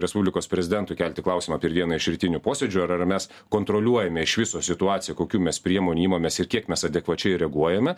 respublikos prezidentui kelti klausimą per vieną iš rytinių posėdžių ar ar mes kontroliuojame iš viso situaciją kokių mes priemonių imamės ir kiek mes adekvačiai reaguojame